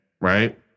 right